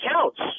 counts